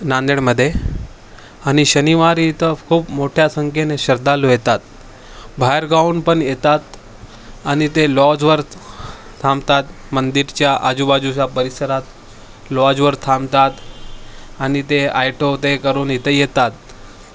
नांदेडमध्ये आणि शनिवारी इथं खूप मोठ्या संख्येने श्रद्धाळू येतात बाहेरगावाहूनपण येतात आणि ते लॉजवर थांबतात मंदिराच्या आजूबाजूच्या परिसरात लॉजवर थांबतात आणि ते आयटो ते करून इथं येतात